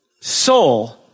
soul